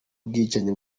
bwicanyi